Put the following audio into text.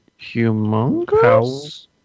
Humongous